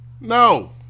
No